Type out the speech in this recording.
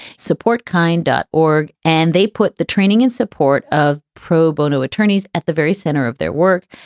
support, kind ah or and they put the training in support of pro bono attorneys at the very center of their work.